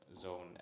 zone